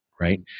right